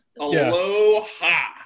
aloha